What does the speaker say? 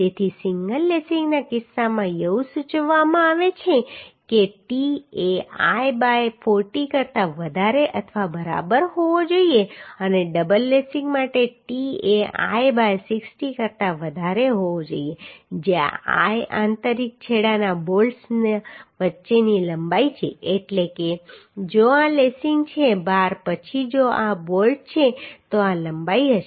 તેથી સિંગલ લેસિંગના કિસ્સામાં એવું સૂચવવામાં આવે છે કે t એ l બાય 40 કરતા વધારે અથવા બરાબર હોવો જોઈએ અને ડબલ લેસિંગ માટે t એ l બાય 60 કરતા વધારે હોવો જોઈએ જ્યાં l આંતરિક છેડાના બોલ્ટ્સ વચ્ચેની લંબાઈ છે એટલે કે જો આ લેસિંગ છે બાર પછી જો આ બોલ્ટ છે તો આ લંબાઈ હશે